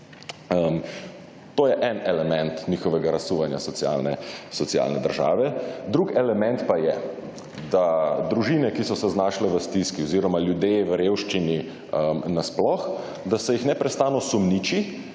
To je en element njihovega razsuvanja socialne države. Drugi element pa je, da družine, ki so se znašle v stiski oziroma ljudje v revščini na sploh, da se jih neprestano sumniči